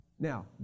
Now